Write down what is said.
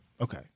Okay